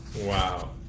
Wow